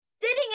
sitting